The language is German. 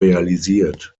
realisiert